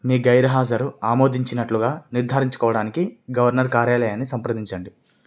మీ గైర్హాజరు ఆమోదించినట్లుగా నిర్ధారించుకోవడానికి గవర్నర్ కార్యాలయాన్ని సంప్రదించండి